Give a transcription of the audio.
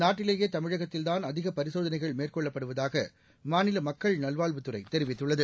நாட்டிலேயே தமிழகத்தில்தான் அதிக பரிசோதனைகள் மேற்கொள்ளப்படுவதாக மாநில மக்கள் நல்வாழ்வுத்துறை தெரிவித்துள்ளது